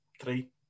three